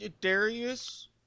Darius